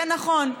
זה נכון.